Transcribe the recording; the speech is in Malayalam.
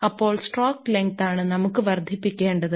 അപ്പോൾ സ്ട്രോക്ക് ലെങ്ത് ആണ് നമുക്ക് വർദ്ധിപ്പിക്കേണ്ടത്